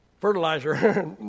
fertilizer